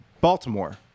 Baltimore